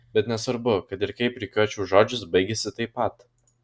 bet nesvarbu kad ir kaip rikiuočiau žodžius baigiasi taip pat